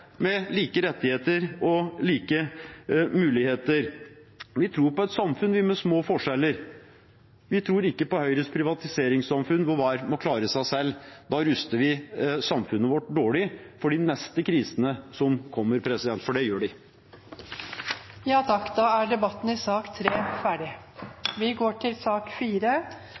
med like rettigheter og like muligheter. Vi tror på et samfunn med små forskjeller. Vi tror ikke på Høyres privatiseringssamfunn, hvor hver og en må klare seg selv. Da ruster vi samfunnet vårt dårlig for de neste krisene som kommer – for det gjør de. Flere har ikke bedt om ordet til sak